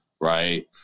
right